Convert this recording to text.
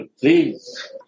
please